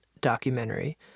documentary